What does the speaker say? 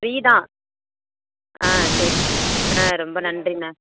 free தான் ஆ சரிண்ணே ஆ ரொம்ப நன்றிண்ணே